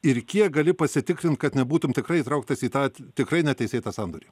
ir kiek gali pasitikslint kad nebūtum tikrai įtrauktas į tą tikrai neteisėtą sandorį